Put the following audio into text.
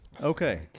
Okay